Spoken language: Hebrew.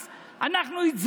אני חושב שגם בש"ס,